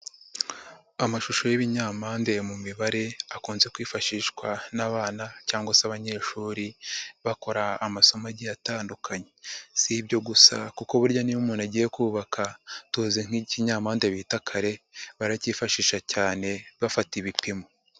Amashusho y'ibinyampande mu mibare ,akunze kwifashishwa n'abana cyangwa se abanyeshuri, bakora amasomo agiye atandukanye. Si ibyo gusa kuko burya niyo umuntu agiye kubaka ,tuze nk'ikinyampande bita kare ,baracyifashisha cyane bafata ibipimo.